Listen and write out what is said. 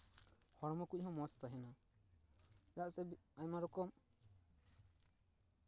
ᱦᱚᱲᱢᱚ ᱠᱚᱦᱚᱸ ᱢᱚᱡᱽ ᱛᱟᱦᱮᱱᱟ ᱪᱮᱫᱟᱜ ᱥᱮ ᱟᱭᱢᱟ ᱨᱚᱠᱚᱢ